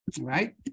Right